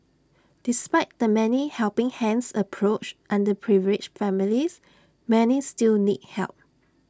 despite the 'many helping hands' approach underprivileged families many still need help